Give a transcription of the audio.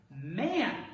Man